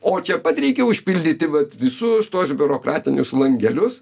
o čia pat reikia užpildyti vat visus tuos biurokratinius langelius